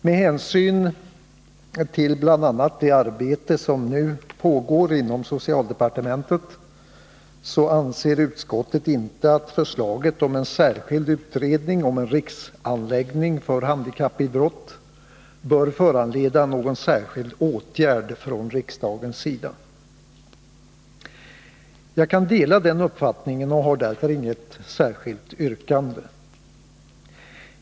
Med hänsyn till bl.a. det arbete som nu pågår inom socialdepartementet anser utskottet inte att förslaget om en särskild utredning om en riksanläggning för handikappidrott bör föranleda någon särskild åtgärd från riksdagens sida. Jag kan dela den uppfattningen och har därför inget särskilt yrkande.